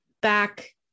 back